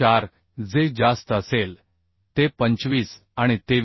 4 जे जास्त असेल ते 25 आणि 23